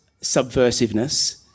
subversiveness